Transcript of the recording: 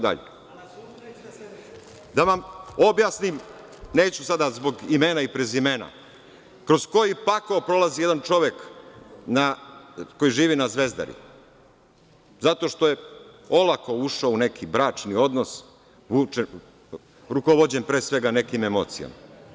Da vam objasnim, neću sada zbog imena i prezimena, kroz koji pakao prolazi jedan čovek, koji živi na Zvezdari, zato što je olako ušao u neki bračni odnos, rukovođen pre svega nekim emocijama.